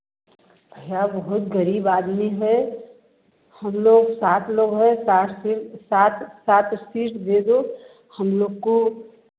भैया बहुत गरीब आदमी है हम लोग सात लोग हैं सात स्पीच भेजो हम लोग को